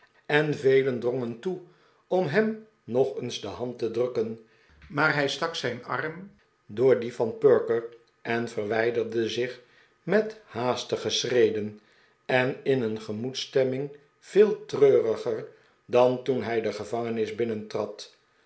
en velen drongen toe om hem nog eens de hand te drukken maar hij stak zijn arm door dien van perker en verwijderde zich met haastige schreden en in een gemoedsstemming veel treuriger dan toen hij de gevangenis